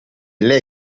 lei